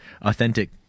authentic